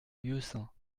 lieusaint